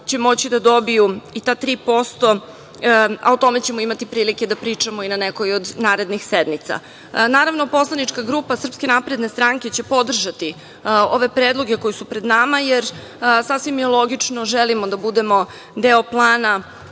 će moći da dobiju i ta 3%, a o tome ćemo imati prilike da pričamo i na nekoj od narednih sednica. Naravno, poslanička grupa SNS će podržati ove predloge, koji su pred nama, jer sasvim je logično, želimo da budemo deo plana